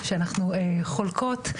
שאנחנו חולקות,